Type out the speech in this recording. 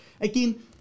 Again